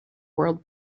world